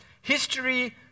history